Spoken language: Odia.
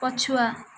ପଛୁଆ